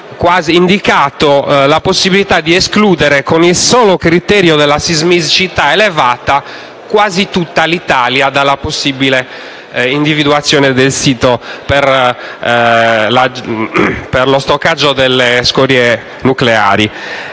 indicato l'opportunità di escludere, con il solo criterio della sismicità elevata, quasi tutta l'Italia dall'individuazione del sito per lo stoccaggio delle scorie nucleari.